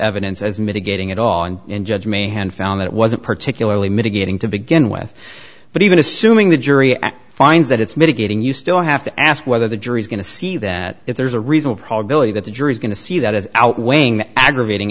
evidence as mitigating at all and in judge may had found it wasn't particularly mitigating to begin with but even assuming the jury at finds that it's mitigating you still have to ask whether the jury's going to see that if there's a reasonable probability that the jury's going to see that as outweighing aggravating